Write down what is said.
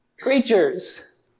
creatures